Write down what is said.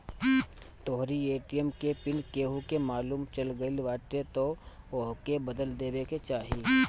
तोहरी ए.टी.एम के पिन केहू के मालुम चल गईल बाटे तअ ओके बदल लेवे के चाही